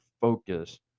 focus